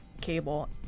cable